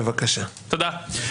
תודה.